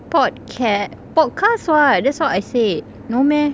pod~ cat~ podcast [what] that's what I said no meh